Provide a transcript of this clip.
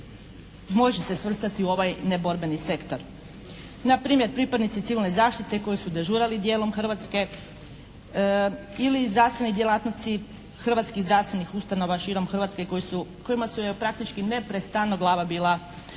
može se svrstati u ovaj neborbeni sektor. Na primjer pripadnici civilne zaštite koji su dežurali dijelom Hrvatske ili zdravstveni djelatnici hrvatskih zdravstvenih ustanova širom Hrvatske koji su, kojima su praktički neprestano glava bila u torbi.